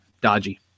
dodgy